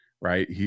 right